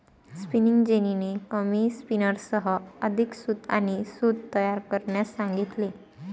spinning जेनीने कमी स्पिनर्ससह अधिक सूत आणि सूत तयार करण्यास सांगितले